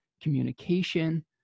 communication